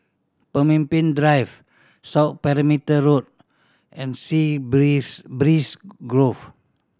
Pemimpin Drive South Perimeter Road and Sea Breeze Breeze Grove